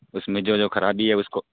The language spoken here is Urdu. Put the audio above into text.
اس میں جو جو خرابی ہے اس کو